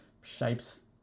shapes